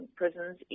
prisons